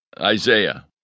Isaiah